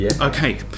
Okay